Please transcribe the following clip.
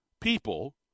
people